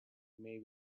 may